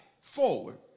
forward